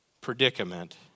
predicament